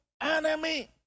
enemy